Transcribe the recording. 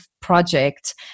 project